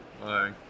Bye